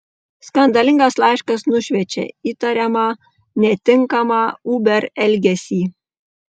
skandalingas laiškas nušviečia įtariamą netinkamą uber elgesį